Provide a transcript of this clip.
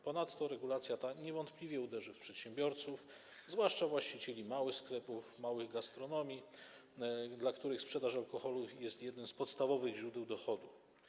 Ponadto regulacja ta niewątpliwie uderzy w przedsiębiorców, zwłaszcza właścicieli małych sklepów, małych gastronomii, dla których sprzedaż alkoholu jest jednym z podstawowych źródeł dochodu.